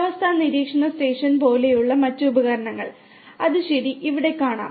കാലാവസ്ഥ നിരീക്ഷണ സ്റ്റേഷൻ പോലെയുള്ള മറ്റ് ഉപകരണങ്ങൾ അത് ശരി ഇവിടെ കാണാം